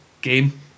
game